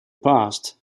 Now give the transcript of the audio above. past